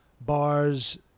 bars